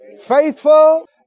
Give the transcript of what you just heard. Faithful